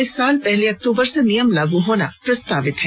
इस साल पहली अक्तूबर से नियम लागू होना प्रस्तावित है